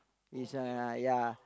is uh ya